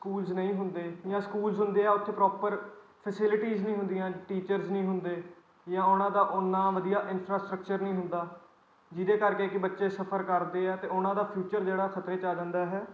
schools ਨਹੀਂ ਹੁੰਦੇ ਜਾਂ ਸਕੂਲਜ਼ ਹੁੰਦੇ ਆ ਉੱਥੇ ਪ੍ਰੋਪਰ ਫੈਸਿਲਿਟੀਜ਼ ਨਹੀਂ ਹੁੰਦੀਆਂ ਟੀਚਰਸ ਨਹੀਂ ਹੁੰਦੇ ਜਾਂ ਉਹਨਾਂ ਦਾ ਉੰਨਾ ਵਧੀਆ ਇੰਫਰਾਸਟਰਕਚਰ ਨਹੀਂ ਹੁੰਦਾ ਜਿਹਦੇ ਕਰਕੇ ਕਿ ਬੱਚੇ ਸਫਰ ਕਰਦੇ ਆ ਅਤੇ ਉਹਨਾਂ ਦਾ ਫਿਊਚਰ ਜਿਹੜਾ ਖਤਰੇ 'ਚ ਆ ਜਾਂਦਾ ਹੈ